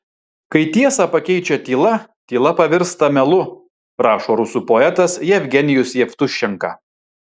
kai tiesą pakeičia tyla tyla pavirsta melu rašo rusų poetas jevgenijus jevtušenka